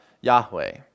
Yahweh